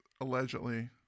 allegedly